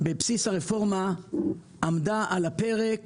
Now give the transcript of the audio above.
בבסיס הרפורמה עמדה על הפרק